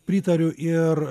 pritariu ir